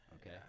Okay